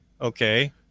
okay